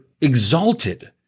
exalted